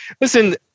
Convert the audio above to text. Listen